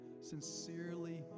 sincerely